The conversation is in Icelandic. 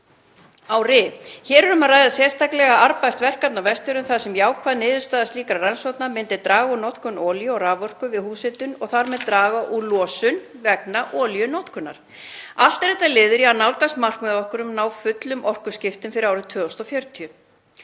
ári. Hér er um að ræða sérstaklega arðbært verkefni á Vestfjörðum þar sem jákvæð niðurstaða slíkrar rannsóknar myndi draga úr notkun olíu og raforku við húshitun og þar með draga úr losun vegna olíunotkunar. Allt er þetta liður í að nálgast markmið okkar um að ná fullum orkuskiptum fyrir árið 2040.